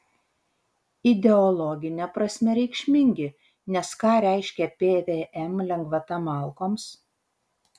ideologine prasme reikšmingi nes ką reiškia pvm lengvata malkoms